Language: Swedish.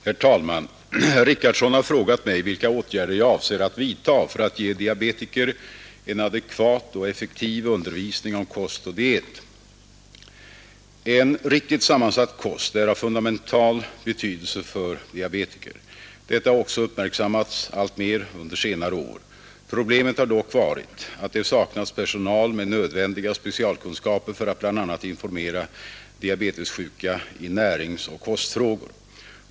Herr talman! Herr Richardson har frågat mig vilka åtgärder jag avser att vidtaga för att ge diabetiker en adekvat och effektiv undervisning om kost och diet. En riktigt sammansatt kost är av fundamental betydelse för diabetiker. Detta har också uppmärksammats alltmer under senare år. Problemet har dock varit att det saknats personal med nödvändiga specialkunskaper för att bl.a. informera diabetessjuka i näringsoch kostfrågor.